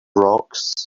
rocks